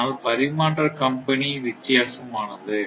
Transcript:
ஆனால் பரிமாற்ற கம்பெனி வித்தியாசமானது